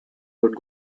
would